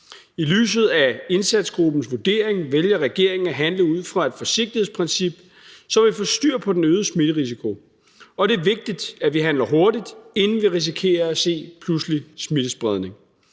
I lyset af indsatsgruppens vurdering vælger regeringen at handle ud fra et forsigtighedsprincip, så vi får styr på den øgede smitterisiko, og det er vigtigt, at vi handler hurtigt, inden vi risikerer at se pludselig smittespredning.